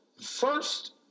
First